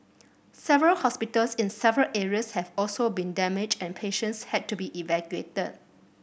several hospitals in several areas have also been damaged and patients had to be evacuated